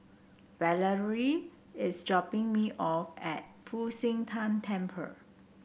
Valeria is dropping me off at Fu Xi Tang Temple